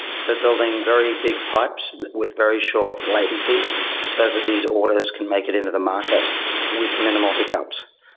so building very big pipes with very short latencies so that these orders can make it into the market with minimal hiccups.